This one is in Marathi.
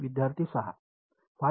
विद्यार्थी 6